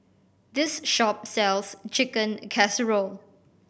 this shop sells Chicken Casserole